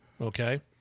Okay